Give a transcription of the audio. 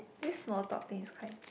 this small topic is quite